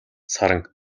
саран